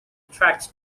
attracts